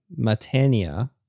Matania